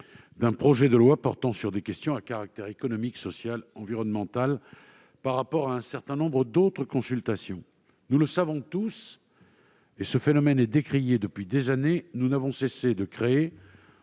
d'un projet de loi portant sur des questions à caractère économique, social, environnemental, par rapport à un certain nombre d'autres consultations. Nous le savons tous, et ce phénomène est décrié depuis des années, nous n'avons cessé de créer